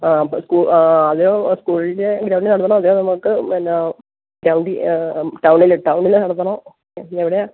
ആ അപ്പോള് അതെയോ സ്കൂളിൻ്റെ ഗ്രൗണ്ടില് നടത്താണോ അതെയോ നമുക്ക് പിന്ന ഗ്രൗണ്ടില് ടൗണില് ടൗണില് നടത്തണോ എവിടെയാണ്